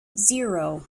zero